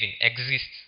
exists